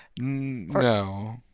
No